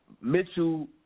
Mitchell